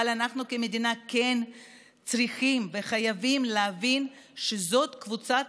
אבל אנחנו כמדינה כן צריכים וחייבים להבין שזאת קבוצת